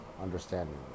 understanding